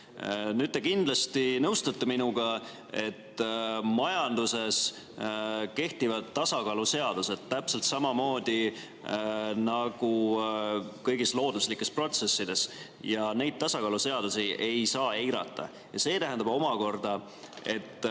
Nüüd te kindlasti nõustute minuga, et majanduses kehtivad tasakaaluseadused täpselt samamoodi nagu kõigis looduslikes protsessides ja neid tasakaaluseadusi ei saa eirata. See tähendab omakorda, et